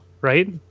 right